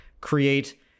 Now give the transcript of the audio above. create